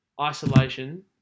isolation